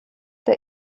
der